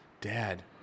Dad